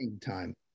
time